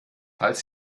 falls